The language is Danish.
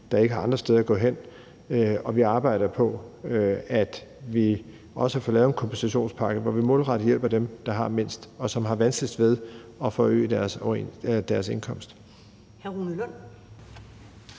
der ikke har andre steder at gå hen, og vi arbejder på, at vi også får lavet en kompensationspakke, hvor vi målrettet hjælper dem, der har mindst, og som har vanskeligst ved at forøge deres indkomst. Kl. 13:12